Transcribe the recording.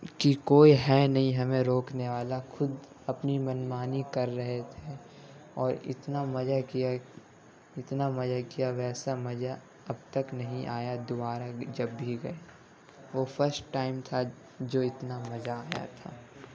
کہ کوئی ہے نہیں ہمیں روکنے والا خود اپنی من مانی کر رہے تھے اور اتنا مزہ کیا اتنا مزہ کیا ویسا مزہ اب تک نہیں آیا دوبارہ جب بھی گئے وہ فسٹ ٹائم تھا جو اتنا مزہ آیا تھا